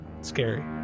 scary